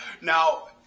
Now